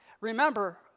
Remember